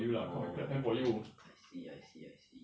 orh I see I see I see